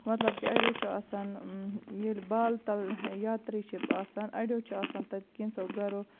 مطلب کہِ اَڑیو چھُ آسان ییٚلہِ بال تَل یاترِی چھِ آسان اَڑیو چھُ آسان تَتہِ کینژھو گرَو